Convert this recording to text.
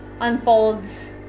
unfolds